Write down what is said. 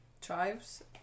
chives